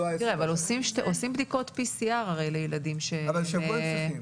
שיכול להיות שלילד הזה יש כבר נוגדנים.